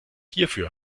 hierfür